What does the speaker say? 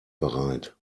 bereit